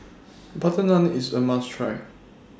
Butter Naan IS A must Try